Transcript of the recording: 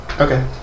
Okay